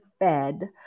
fed